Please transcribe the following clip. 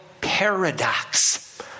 paradox